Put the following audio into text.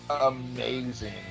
amazing